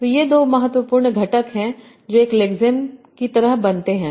तो ये दो महत्वपूर्ण घटक हैं जो एक लेक्सेम की तरह बनते हैं